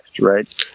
right